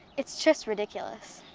it's just ridiculous.